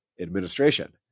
Administration